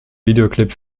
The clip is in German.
videoclip